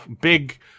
big